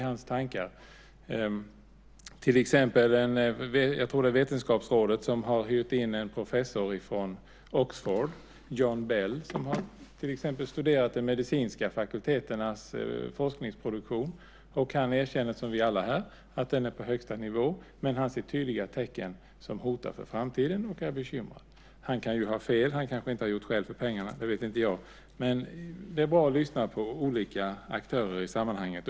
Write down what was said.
Jag tror att det är Vetenskapsrådet som har hyrt in en professor från Oxford, John Bell, som till exempel har studerat de medicinska fakulteternas forskningsproduktion. Han erkänner, liksom vi alla här, att den är på högsta nivå. Men han ser tydliga tecken som hotar i framtiden och är bekymrad. Han kan ju ha fel. Han kanske inte har gjort skäl för pengarna. Det vet inte jag. Men det är bra att lyssna på olika aktörer i sammanhanget.